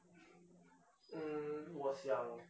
mm 我想